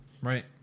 right